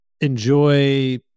enjoy